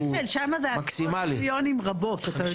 מיכאל, שם זה עשרות מיליונים רבות אתה יודע.